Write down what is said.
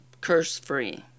curse-free